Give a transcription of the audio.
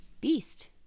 beast